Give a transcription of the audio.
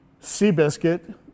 Seabiscuit